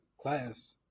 class